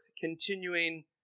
continuing